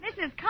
Mrs